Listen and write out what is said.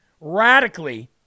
radically